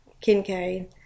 Kincaid